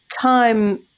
time-